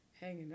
hanging